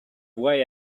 way